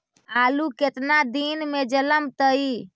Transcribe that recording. आलू केतना दिन में जलमतइ?